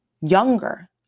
younger